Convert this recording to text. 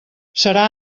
serà